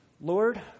Lord